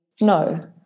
no